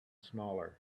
smaller